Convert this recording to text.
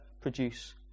produce